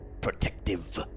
protective